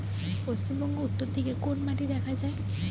পশ্চিমবঙ্গ উত্তর দিকে কোন মাটি দেখা যায়?